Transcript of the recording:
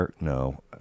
no